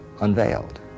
unveiled